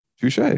Touche